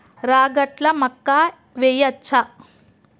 రాగట్ల మక్కా వెయ్యచ్చా?